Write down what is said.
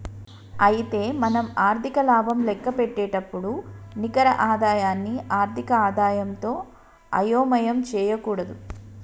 అయితే మనం ఆర్థిక లాభం లెక్కపెట్టేటప్పుడు నికర ఆదాయాన్ని ఆర్థిక ఆదాయంతో అయోమయం చేయకూడదు